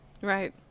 right